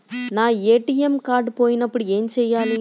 నా ATM card పోయినప్పుడు ఏమి చేయాలి?